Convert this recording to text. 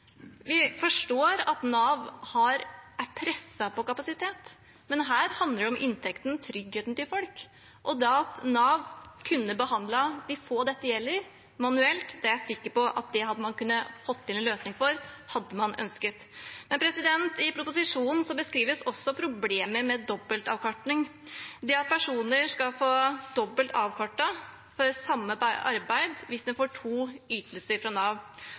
Vi forstår at Nav er presset på kapasitet, men dette handler om inntekten og tryggheten til folk. At Nav kunne behandlet de få dette gjelder, manuelt, er jeg sikker på at man kunne ha fått til en løsning for, hadde man ønsket det. I proposisjonen beskrives også problemet med dobbeltavkortning – det at personer skal få dobbel avkortning for samme arbeid hvis de får to ytelser fra Nav,